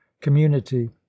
community